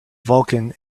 vulkan